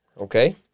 Okay